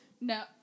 No